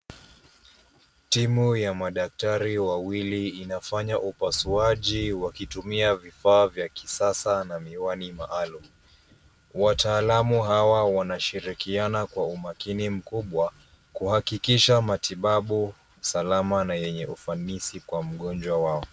Timu ya madaktari wawili ina fanya upasuaji wakiyumia vifaa vya kisasa na miwani maalum, wataalumu hawa wana shirikiana kwa umakini mkubwa kuhakikisha utibabu, salama na ufanisi kwa mgonjwa wao.